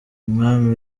umwami